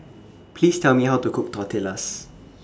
Please Tell Me How to Cook Tortillas